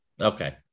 okay